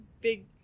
big